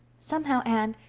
somehow, anne,